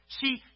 See